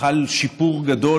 חוזרת לדיון